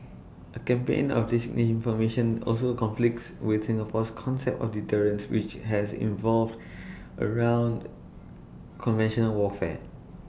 A campaign of disinformation also conflicts with Singapore's concept of deterrence which has involved around conventional warfare